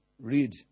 read